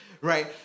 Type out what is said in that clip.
Right